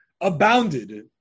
abounded